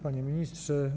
Panie Ministrze!